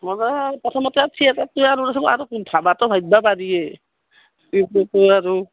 মই বাৰু প্ৰথমতে থিয়েটাৰটোৱে আৰু ভাবাটো ভাবিব পাৰিয়ে আৰু